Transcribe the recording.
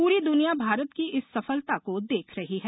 पूरी दुनिया भारत की इस सफलता को देख रही है